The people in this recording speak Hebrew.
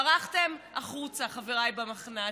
ברחתם החוצה, חבריי במחנ"צ.